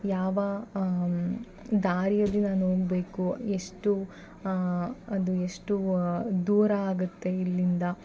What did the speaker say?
ಯಾವ ದಾರಿಯಲ್ಲಿ ನಾನು ಹೋಗ್ಬೇಕು ಎಷ್ಟು ಅದು ಎಷ್ಟು ದೂರ ಆಗುತ್ತೆ ಇಲ್ಲಿಂದ